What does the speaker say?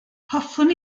hoffwn